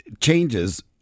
changes